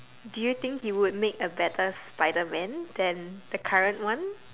do you think he would make a better spiderman than the current one